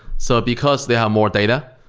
so because they have more data,